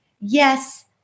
yes